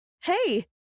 Hey